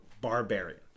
barbarian